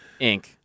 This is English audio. Inc